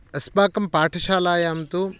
अस्पाकं पाठशालायां तु